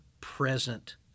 present